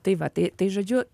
tai va tai tai žodžiu